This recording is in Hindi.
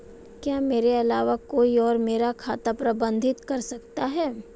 क्या मेरे अलावा कोई और मेरा खाता प्रबंधित कर सकता है?